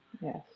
Yes